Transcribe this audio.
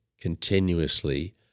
continuously